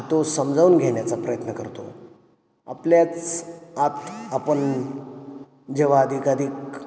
तो समजावून घेण्याचा प्रयत्न करतो आपल्याच आत आपण जेव्हा अधिकाधिक